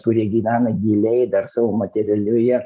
kurie gyvena giliai dar savo materialioje